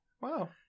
Wow